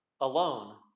alone